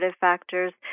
factors